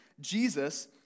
Jesus